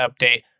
update